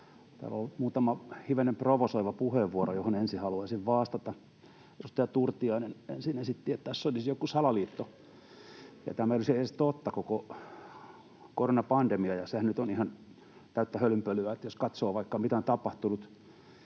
täällä on ollut muutama hivenen provosoiva puheenvuoro, joihin ensin haluaisin vastata. Edustaja Turtiainen ensin esitti, että tässä olisi joku salaliitto ja koko koronapandemia ei olisi edes totta. Sehän nyt on ihan täyttä hölynpölyä. Jos katsoo vaikka, mitä on tapahtunut